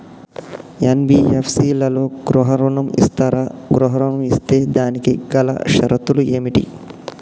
NBFC లలో గృహ ఋణం ఇస్తరా? గృహ ఋణం ఇస్తే దానికి గల షరతులు ఏమిటి?